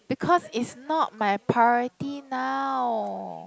because it's not my priority now